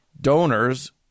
donors